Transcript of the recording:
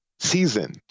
Season